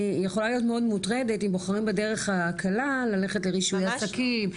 אני יכולה להיות מאוד מוטרדת אם בוחרים בדרך הקלה ללכת לרישוי עסקים,